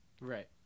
Right